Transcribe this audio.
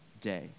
day